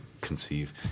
conceive